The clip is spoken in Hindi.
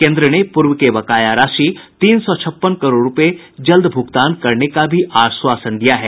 केन्द्र ने पूर्व के बकाया राशि तीन सौ छप्पन करोड़ रूपये जल्द भूगतान करने का भी आश्वासन दिया है